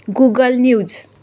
Google news